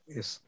Yes